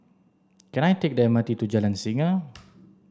can I take the M R T to Jalan Singa